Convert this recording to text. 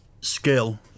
skill